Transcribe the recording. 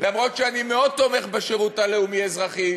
אף שאני מאוד תומך בשירות הלאומי-אזרחי,